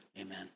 Amen